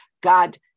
God